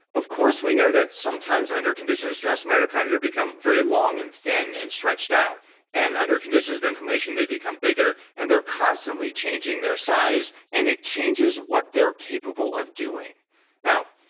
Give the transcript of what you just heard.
of course we know that sometimes under conditions of stress mitochondria become very long and thin and stretched out and other conditions of inflammation they become bigger and they're constantly changing their size and it changes what they're capable of doing now,